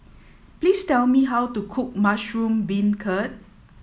please tell me how to cook Mushroom Beancurd